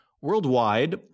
worldwide